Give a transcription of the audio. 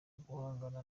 guhangana